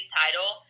title